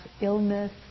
illness